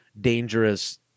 dangerous